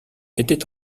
était